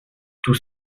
tout